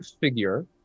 figure